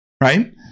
right